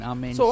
Amen